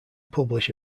publish